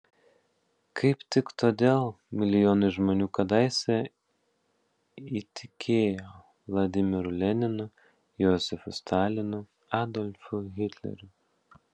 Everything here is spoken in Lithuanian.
kaip tik todėl milijonai žmonių kadaise įtikėjo vladimiru leninu josifu stalinu adolfu hitleriu